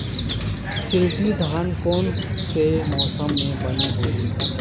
शिल्टी धान कोन से मौसम मे बने होही?